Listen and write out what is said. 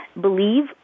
believe